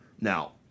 Now